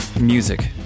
music